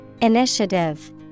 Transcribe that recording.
Initiative